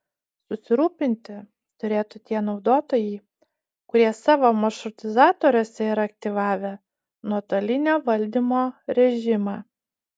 susirūpinti turėtų tie naudotojai kurie savo maršrutizatoriuose yra aktyvavę nuotolinio valdymo režimą